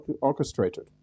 orchestrated